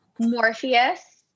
Morpheus